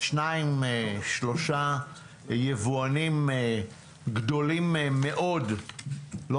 שניים-שלושה יבואנים גדולים מאוד לא